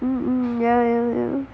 mmhmm